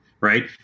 right